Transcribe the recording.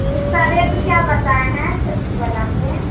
उसका रेट क्या बताए हैं छोटकी वाला के